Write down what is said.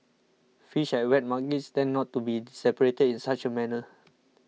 fish at wet markets tend not to be separated in such a manner